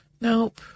Nope